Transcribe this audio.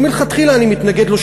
מלכתחילה אני מתנגד לו,